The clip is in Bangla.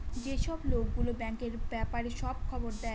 যেসব লোক গুলো ব্যাঙ্কের ব্যাপারে সব খবর দেয়